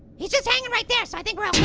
he's just hangin' right there, so i think we're